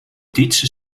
diestse